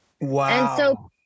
Wow